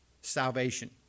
salvation